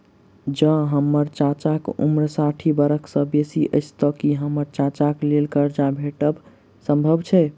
जँ हम्मर चाचाक उम्र साठि बरख सँ बेसी अछि तऽ की हम्मर चाचाक लेल करजा भेटब संभव छै?